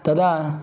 तदा